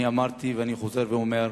אני אמרתי, ואני חוזר ואומר: